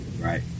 Right